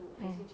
mm